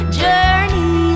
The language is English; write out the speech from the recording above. journey